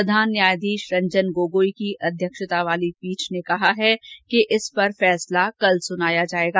प्रधान न्यायधीश रंजन गोगोई की अध्यक्षता वाली पीठ ने कहा है कि कल इस पर फैसला सुनाया जायेगा